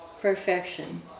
perfection